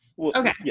Okay